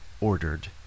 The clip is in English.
ordered